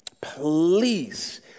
Please